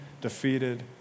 defeated